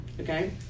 okay